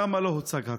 למה לא הוצג הצו?